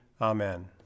Amen